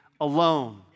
alone